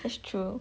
that's true